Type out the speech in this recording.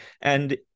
And-